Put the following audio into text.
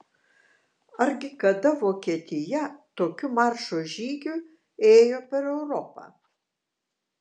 argi kada vokietija tokiu maršo žygiu ėjo per europą